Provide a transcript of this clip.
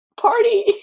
party